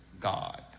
God